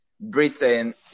Britain